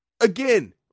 again